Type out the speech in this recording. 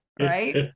right